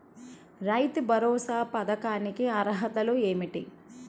రైతు భరోసా పథకానికి అర్హతలు ఏమిటీ?